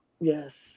yes